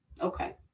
Okay